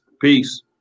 Peace